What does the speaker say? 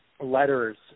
letters